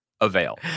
avail